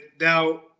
Now